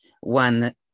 one